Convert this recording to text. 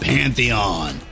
Pantheon